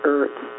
Earth